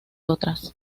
otras